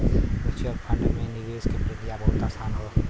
mutual fund में निवेश क प्रक्रिया बहुत आसान हौ